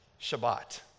Shabbat